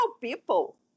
people